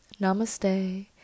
Namaste